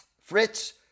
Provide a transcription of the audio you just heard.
Fritz